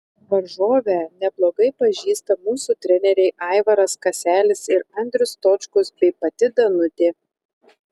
varžovę neblogai pažįsta mūsų treneriai aivaras kaselis ir andrius stočkus bei pati danutė